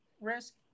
risk